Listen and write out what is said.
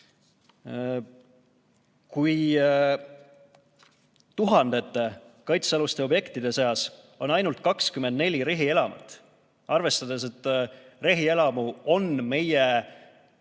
tuhandete kaitsealuste objektide seas on ainult 24 rehielamut, arvestades, et rehielamu on meie